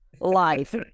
life